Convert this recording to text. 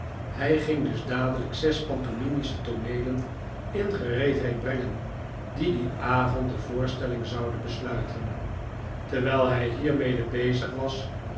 hij ging dus dadelijk zes pantomimische tooneelen in gereedheid brengen die dien avond de voorstelling zouden besluiten terwijl hij hiermede bezig was